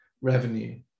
revenue